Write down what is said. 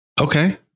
Okay